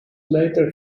later